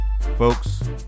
folks